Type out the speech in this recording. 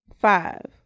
Five